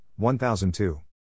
1002